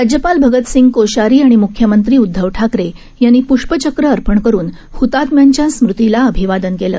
राज्यपाल भगतसिंह कोश्यारी आणि मुख्यमंत्री उदधव ठाकरे यांनी पृष्पचक्र अर्पण करून हतात्म्यांच्या स्मृतीला अभिवादन केलं